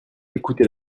écoutez